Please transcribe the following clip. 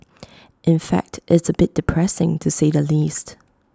in fact it's A bit depressing to say the least